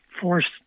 forced